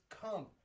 come